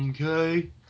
Okay